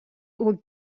would